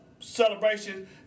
Celebration